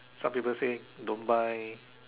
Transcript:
some people say don't buy